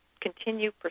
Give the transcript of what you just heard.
continue